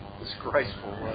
disgraceful